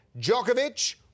Djokovic